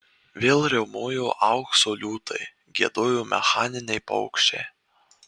vėl riaumojo aukso liūtai giedojo mechaniniai paukščiai